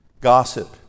Gossip